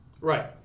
Right